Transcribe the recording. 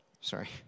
sorry